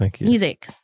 music